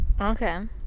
Okay